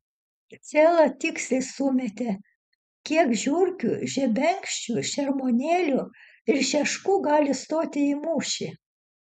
sela tiksliai sumetė kiek žiurkių žebenkščių šermuonėlių ir šeškų gali stoti į mūšį